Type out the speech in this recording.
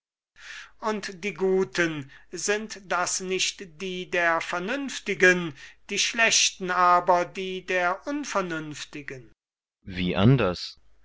und die guten sind das nicht die der vernünftigen die schlechten aber die der unvernünftigen kriton wie anders